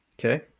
okay